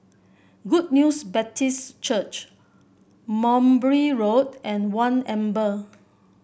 Good News Baptist Church Mowbray Road and One Amber